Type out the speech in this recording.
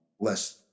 less